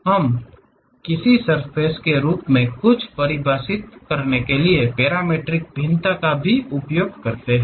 हम किसी सर्फ़ेस के रूप में कुछ परिभाषित करने के लिए पैरामीट्रिक भिन्नता का उपयोग करते हैं